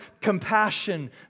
compassion